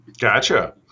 Gotcha